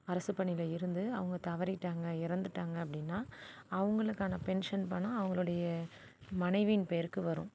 அரசு பணியில் இருந்து அவங்க தவறிவிட்டாங்க இறந்துவிட்டாங்க அப்படின்னால் அவங்களுக்கான பென்ஷன் பணம் அவங்களுடைய மனைவியின் பெயருக்கு வரும்